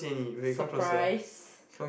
surprise